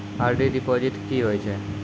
RD deposit की होय छै?